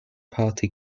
party